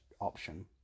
option